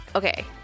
Okay